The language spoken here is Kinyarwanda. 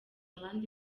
abandi